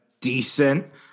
decent